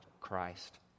Christ